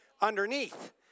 underneath